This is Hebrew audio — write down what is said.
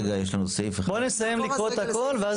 נסיים לקרוא את הכול.